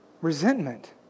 Resentment